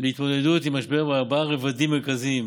להתמודדות עם המשבר בארבעה רבדים מרכזיים: